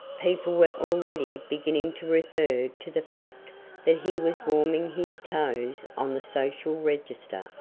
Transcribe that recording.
people were already beginning to refer to the fact that he was warming his toes on the social register,